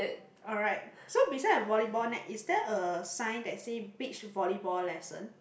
alright so beside the volleyball net is there a sign that say beach volleyball lesson